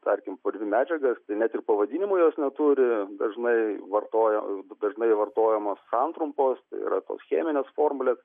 tarkim purvi medžiaga net ir pavadinimų jos neturi dažnai vartoja dažnai vartojamos santrumpos tai yra tos cheminės formulės